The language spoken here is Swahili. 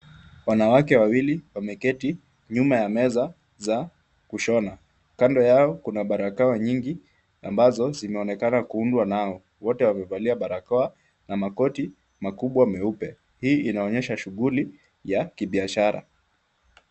Wanawake wawili wameketi nyuma ya meza za kushona. Kando yao kuna barakoa nyingi ambazo zinaonekana kuundwa nao. Wote wamevalia barakoa na makoti makubwa meupe. hii inaonyesha shughuli ya kibiashara.